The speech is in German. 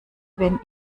wenn